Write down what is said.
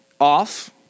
off